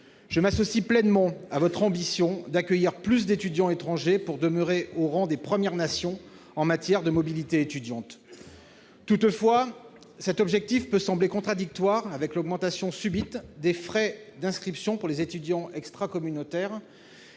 Je m'associe pleinement à votre ambition d'accueillir plus d'étudiants étrangers pour demeurer au rang des premières nations en matière de mobilité étudiante. Toutefois, cet objectif peut sembler contradictoire avec l'augmentation subite des frais d'inscription pour les étudiants extra-communautaires,